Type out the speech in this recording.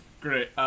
Great